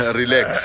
relax